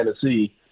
Tennessee